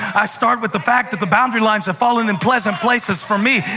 i start with the fact that the boundary lines have fallen in pleasant places for me.